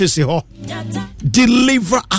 Deliver